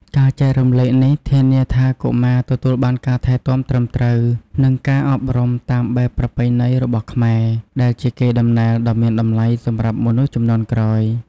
ការចែករំលែកនេះធានាថាកុមារទទួលបានការថែទាំត្រឹមត្រូវ និងការអប់រំតាមបែបប្រពៃណីរបស់ខ្មែរ ដែលជាកេរដំណែលដ៏មានតម្លៃសម្រាប់មនុស្សជំនាន់ក្រោយ។